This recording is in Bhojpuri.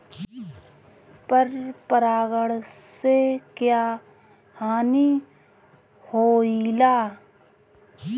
पर परागण से क्या हानि होईला?